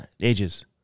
Ages